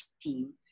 team